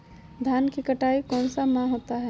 धान की कटाई कौन सा माह होता है?